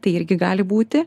tai irgi gali būti